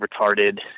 retarded